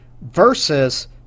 versus